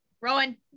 Rowan